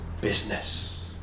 business